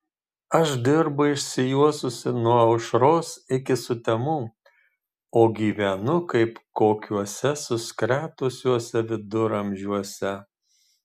aš dirbu išsijuosusi nuo aušros iki sutemų o gyvenu kaip kokiuose suskretusiuose viduramžiuose